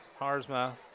Harzma